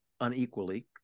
unequally